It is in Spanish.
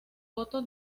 voto